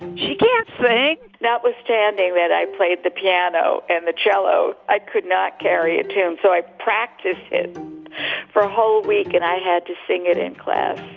she can't say that was standing red. i played the piano and the cello. i could not carry a tune. so i practiced it for a whole week and i had to sing it in class.